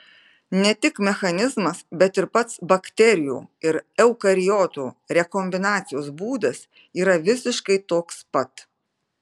ne tik mechanizmas bet ir pats bakterijų ir eukariotų rekombinacijos būdas yra visiškai toks pat